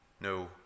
No